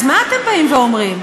אז מה אתם באים ואומרים,